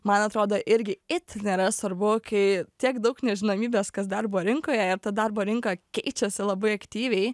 man atrodo irgi itin yra svarbu kai tiek daug nežinomybės kas darbo rinkoje ir ta darbo rinka keičiasi labai aktyviai